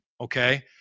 Okay